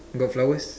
got flowers